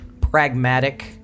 pragmatic